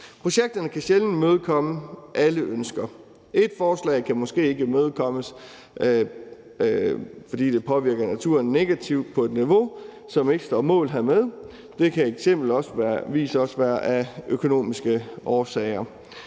Projekterne kan sjældent imødekomme alle ønsker. Et forslag kan måske ikke imødekommes, fordi det påvirker naturen negativt på et niveau, som ikke står mål hermed. Det kan eksempelvis også være af økonomiske årsager.